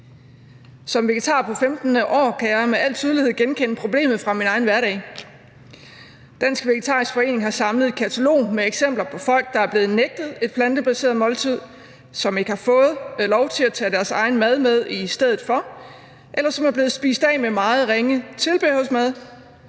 Som vegetar på 15. år kan jeg med al tydelighed genkende problemet fra min egen hverdag. Dansk Vegetarisk Forening har samlet et katalog med eksempler på folk, som er blevet nægtet et plantebaseret måltid, eller som ikke har fået lov til at tage deres egen mad med i stedet for, eller som er blevet spist af med meget ringe tilbehørsmad,